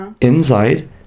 inside